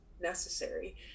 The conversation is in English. necessary